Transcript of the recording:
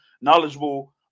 knowledgeable